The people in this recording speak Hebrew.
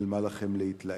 על מה לכם להתלהם?